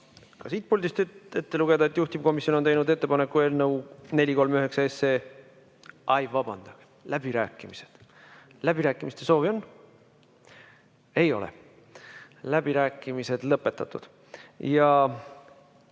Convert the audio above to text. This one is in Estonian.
ka siit puldist ette lugeda, et juhtivkomisjon on teinud ettepaneku eelnõu 439 ... Ai, vabandust! Läbirääkimised. Läbirääkimiste soovi on? Ei ole. Läbirääkimised on lõpetatud.